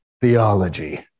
theology